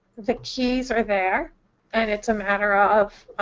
the keys are there and it's a matter of